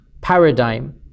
paradigm